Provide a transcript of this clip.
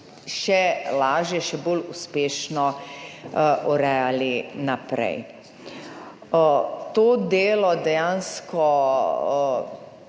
še lažje, še bolj uspešno urejali naprej. To delo dejansko